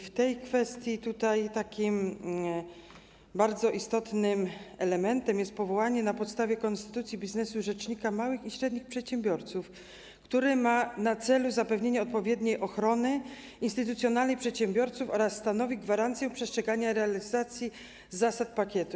W tej kwestii takim bardzo istotnym elementem jest powołanie na podstawie konstytucji dla biznesu rzecznika małych i średnich przedsiębiorców, który ma za zadanie zapewnienie odpowiedniej ochrony instytucjonalnej przedsiębiorców oraz stanowi gwarancję przestrzegania realizacji zasad pakietu.